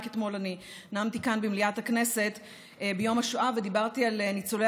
רק אתמול נאמתי כאן במליאת הכנסת ביום השואה ודיברתי על ניצולי